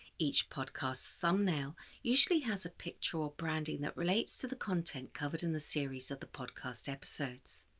each podcast's thumbnail usually has a picture or branding that relates to the content covered in the series of the podcast episodes.